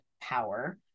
power